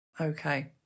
Okay